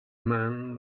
man